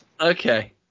Okay